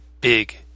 big